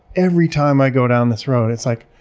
every time i go down this road, it's like,